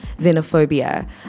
xenophobia